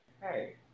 hey